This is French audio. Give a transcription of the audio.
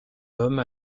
homme